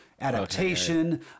adaptation